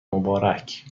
مبارک